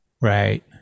right